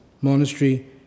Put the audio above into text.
monastery